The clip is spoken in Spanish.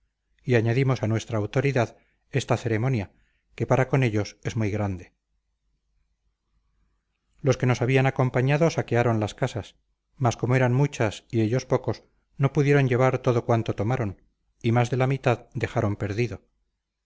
y añadimos a nuestra autoridad esta ceremonia que para con ellos es muy grande los que nos habían acompañado saquearon las casas mas como eran muchas y ellos pocos no pudieron llevar todo cuanto tomaron y más de la mitad dejaron perdido